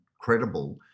credible